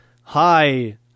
hi